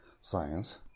science